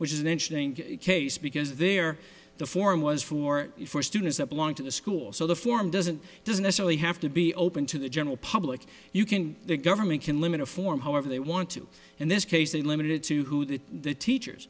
which is an interesting case because there the forum was for for students that belong to the school so the form doesn't doesn't necessarily have to be open to the general public you can government can limit a form however they want to in this case they limited to that the teachers